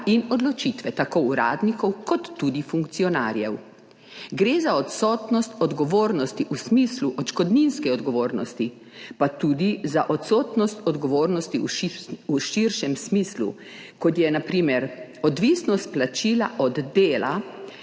in odločitve tako uradnikov kot tudi funkcionarjev. Gre za odsotnost odgovornosti v smislu odškodninske odgovornosti, pa tudi za odsotnost odgovornosti v širšem smislu, kot je, na primer, odvisnost plačila od dela